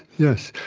yes,